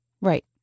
Right